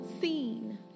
seen